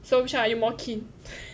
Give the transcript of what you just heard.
so which one are you more keen